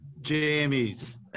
Jamie's